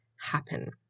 happen